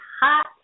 hot